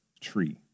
tree